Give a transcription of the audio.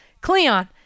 Cleon